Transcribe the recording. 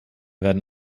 werden